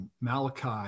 Malachi